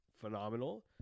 phenomenal